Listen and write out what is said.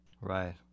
Right